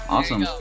Awesome